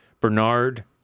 Bernard